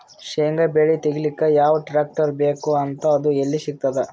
ಶೇಂಗಾ ಬೆಳೆ ತೆಗಿಲಿಕ್ ಯಾವ ಟ್ಟ್ರ್ಯಾಕ್ಟರ್ ಬೇಕು ಮತ್ತ ಅದು ಎಲ್ಲಿ ಸಿಗತದ?